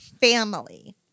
family